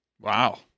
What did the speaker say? Wow